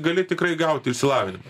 gali tikrai gauti išsilavinimą